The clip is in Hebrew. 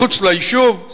מחוץ ליישוב,